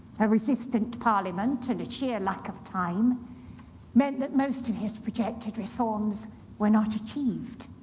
a resistant parliament and a sheer lack of time meant that most of his rejected reforms were not achieved.